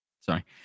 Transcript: Sorry